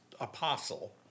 apostle